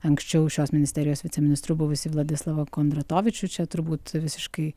anksčiau šios ministerijos viceministru buvusį vladislovą kondratovičių čia turbūt visiškai